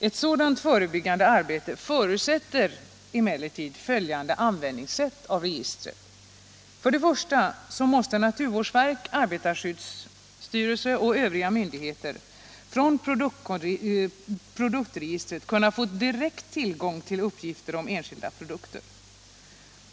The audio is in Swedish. Ett sådant förebyggande arbete förutsätter emellertid följande sätt att använda registret. För det första måste naturvårdsverket, arbetarskyddsstyrelsen och övriga myndigheter från produktregistret kunna få direkt tillgång till uppgifter om enskilda produkter.